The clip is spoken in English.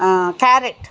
carrot